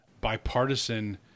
bipartisan